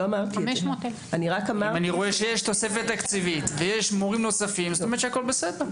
אני רואה שיש תוספת תקציבית ויש מורים נוספים אז הכול בסדר.